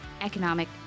economic